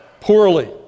poorly